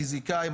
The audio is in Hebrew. פיזיקאים,